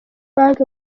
bank